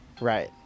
Right